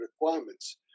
requirements